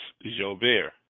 Joubert